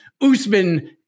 Usman